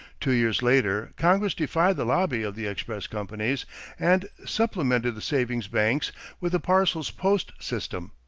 two years later, congress defied the lobby of the express companies and supplemented the savings banks with a parcels post system,